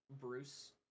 Bruce